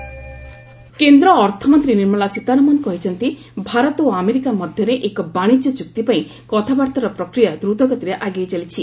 Sitharaman trade deal କେନ୍ଦ୍ର ଅର୍ଥମନ୍ତ୍ରୀ ନିର୍ମଳା ସୀତାରମଣ କହିଛନ୍ତି ଭାରତ ଓ ଆମେରିକା ମଧ୍ୟରେ ଏକ ବାଣିଜ୍ୟ ଚୁକ୍ତି ପାଇଁ କଥାବାର୍ତ୍ତାର ପ୍ରକ୍ରିୟା ଦୂତଗତିରେ ଆଗେଇ ଚାଲିଛି